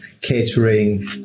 catering